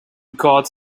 god